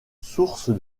source